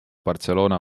barcelona